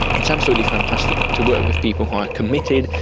it's absolutely fantastic to work with people who are committed,